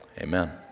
amen